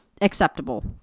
acceptable